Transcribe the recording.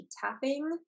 tapping